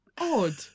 odd